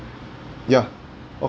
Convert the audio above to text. ya ok~